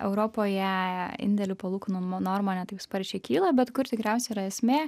europoje indėlių palūkanų normą ne taip sparčiai kyla bet kur tikriausiai yra esmė